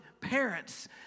parents